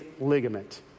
ligament